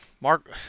Mark